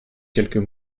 quelques